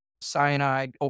cyanide